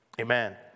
amen